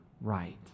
right